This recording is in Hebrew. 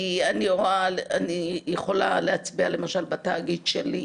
כי אני יכולה להצביע למשל, בתאגיד שלי,